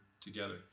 together